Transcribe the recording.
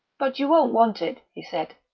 but you won't want it, he said.